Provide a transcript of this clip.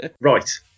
Right